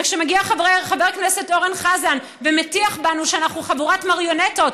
וכשמגיע חבר הכנסת אורן חזן ומטיח בנו שאנחנו חבורת מריונטות,